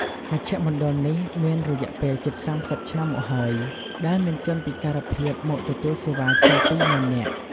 មជ្ឈមណ្ឌលនេះមានរយៈពេលជិត៣០ឆ្នាំមកហើយ ដែលមានជនពិការភាពមកទទួលសេវាជាង២មុឺននាក់។